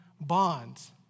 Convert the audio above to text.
bonds